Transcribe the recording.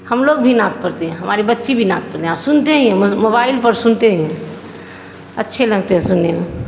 ہم لوگ بھی نعت پڑھتے ہیں ہمارے بچی بھی نعت پڑھتے ہیں سنتے ہی ہیں موبائل پر سنتے ہی ہیں اچھے لگتے ہیں سننے میں